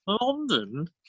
London